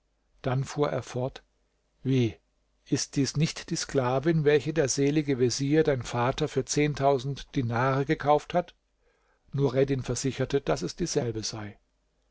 dann fuhr er fort wie ist dies nicht die sklavin welche der selige vezier dein vater für dinare gekauft hat nureddin versicherte daß es dieselbe sei